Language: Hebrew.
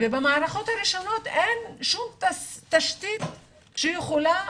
ובמערכות הראשונות אין שום תשתית שיכולה